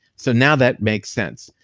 so now that makes sense.